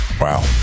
Wow